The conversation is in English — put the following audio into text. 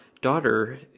daughter